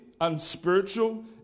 unspiritual